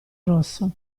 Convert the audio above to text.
rosso